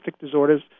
disorders